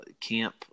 camp